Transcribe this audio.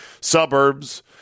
suburbs